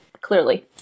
Clearly